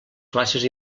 classes